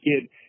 kid